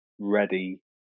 ready